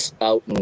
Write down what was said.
out